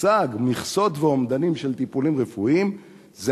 המושג "מכסות ואומדנים של טיפולים רפואיים" זה